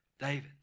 David